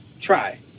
Try